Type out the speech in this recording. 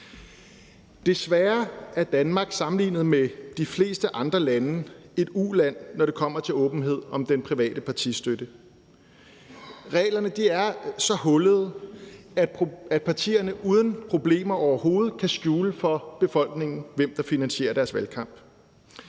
Desværre er Danmark sammenlignet med de fleste andre lande et uland, når det kommer til åbenhed om den private partistøtte. Reglerne er så hullede, at partierne uden problemer overhovedet kan skjule for befolkningen, hvem der finansierer deres valgkamp.